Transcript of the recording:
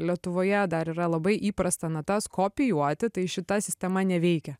lietuvoje dar yra labai įprasta natas kopijuoti tai šita sistema neveikia